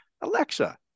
Alexa